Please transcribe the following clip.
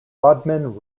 bodmin